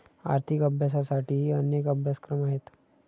आर्थिक अभ्यासासाठीही अनेक अभ्यासक्रम आहेत